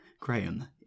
Graham